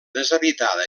deshabitada